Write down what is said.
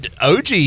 og